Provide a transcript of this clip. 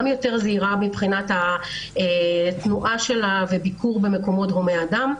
גם יותר זהירה מבחינת התנועה שלה וביקור במקומות הומי אדם.